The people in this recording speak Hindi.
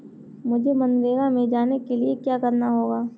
मुझे मनरेगा में जाने के लिए क्या करना होगा?